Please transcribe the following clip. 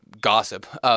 gossip